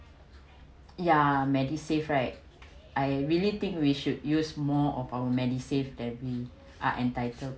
yeah MediSave right I really think we should use more of our MediSave that we are entitled